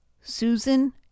Susan